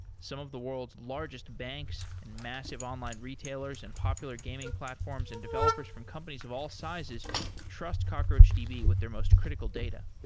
some of the world's largest banks and massive online retailers and popular gaming platforms and developers from companies of all sizes trust cockroachdb with their most critical data.